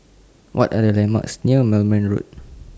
What Are The landmarks near Moulmein Road